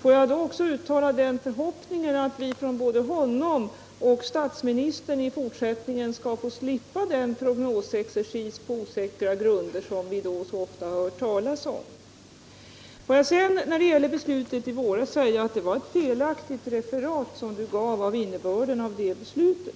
Får jag då också uttala den förhoppningen att vi från både honom och statsministern i fortsättningen skall få slippa den prognosexercis på osäkra grunder som vi så ofta har hört? När det gäller beslutet i våras vill jag säga att det var ett felaktigt referat som du gav av innebörden av det beslutet.